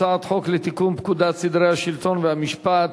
הצעת חוק לתיקון פקודת סדרי השלטון והמשפט